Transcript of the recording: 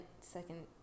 second